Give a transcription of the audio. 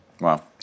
Wow